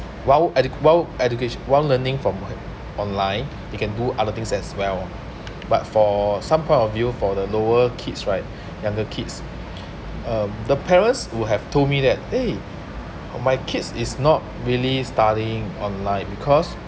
while edu~ while education while learning from online they can do other things as well but for some point of view for the lower kids right younger kids um the parents who have told me that eh my kids is not really studying online because